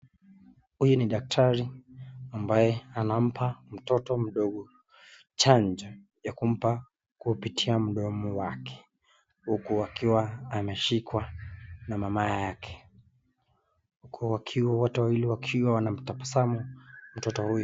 Huyu ni daktari ambaye anampa mtoto mdogo chanjo ya kumpa kupitia mdomo wake huku akiwa ameshikwa na mama yake. Huku wakiwa wote wawili wakiwa wanatabasamu mtoto huyu.